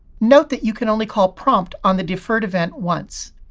note that you can only call prompt on the deferred event once.